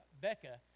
Becca